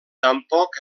tampoc